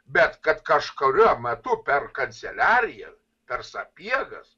bet kad kažkuriuo metu per kanceliariją per sapiegas